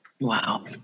Wow